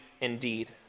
indeed